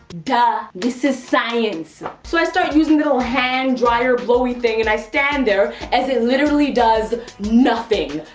duh. this is science. so, i start using the little hand dryer blowey thing and i stand there as it literally does nothing.